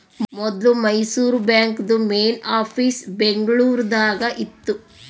ಮೊದ್ಲು ಮೈಸೂರು ಬಾಂಕ್ದು main office Bengaluru ದಾಗ ಇತ್ತು